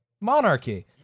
Monarchy